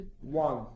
One